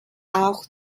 auch